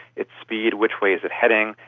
its speed, which way is it heading,